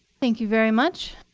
thank you very much.